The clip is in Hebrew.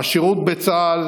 השירות בצה"ל,